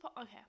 okay